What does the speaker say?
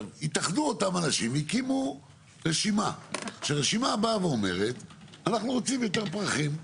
התאחדו אותם אנשים והקימו רשימה שאומרת שרוצים יותר פרחים.